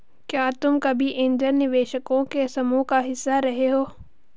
क्या तुम कभी ऐन्जल निवेशकों के समूह का हिस्सा रहे हो?